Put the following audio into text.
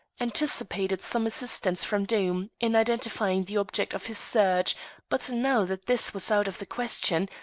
anticipated some assistance from doom in identifying the object of his search but now that this was out of the question,